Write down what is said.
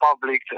public